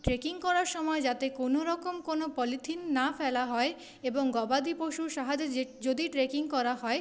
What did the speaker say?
trekking করার সময় যাতে কোনো রকম কোনো পলিথিন না ফেলা হয় এবং গবাদি পশুর সাহায্যে যদি ট্রেকিং করা হয়